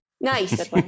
Nice